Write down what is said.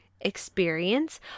experience